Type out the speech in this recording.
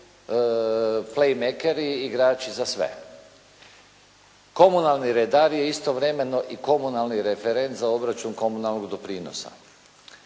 plejmekeri i igrači za sve. Komunalni redar je istovremeno i komunalni referent za obračun komunalnog doprinosa.